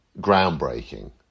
groundbreaking